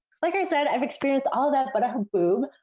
like i said, i've experienced all of that, but a haboob.